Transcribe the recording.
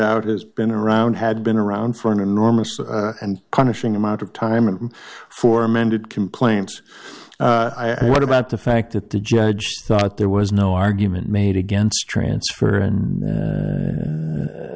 out has been around had been around for an enormous and conditioning amount of time and for amended complaint what about the fact that the judge thought there was no argument made against transfer and